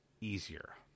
easier